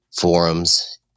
forums